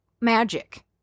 magic